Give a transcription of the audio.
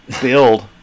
build